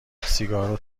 سیگارو